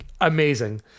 amazing